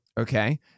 Okay